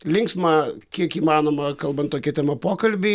linksmą kiek įmanoma kalbant tokia tema pokalbį